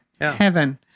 heaven